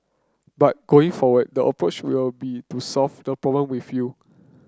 but going forward the approach will be to solve the problem with you